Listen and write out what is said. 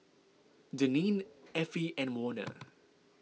Daneen Effie and Warner